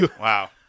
wow